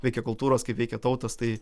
veikia kultūros kaip veikia tautos tai